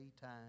time